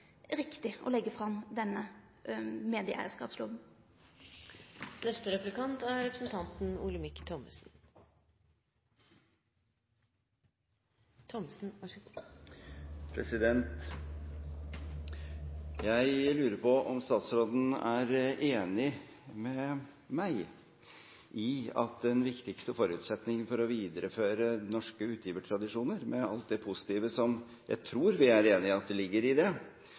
riktig å legge fram denne medieeigarskapsloven. Jeg lurer på om statsråden er enig med meg i at den viktigste forutsetningen for å videreføre norske utgivertradisjoner – med alt det positive som jeg tror vi er enige i ligger i det